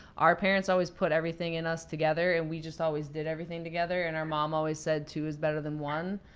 our parents always put everything in us together, and we just always did everything together, and our mom always said two is better than one,